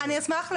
אני אשמח.